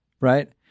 right